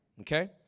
Okay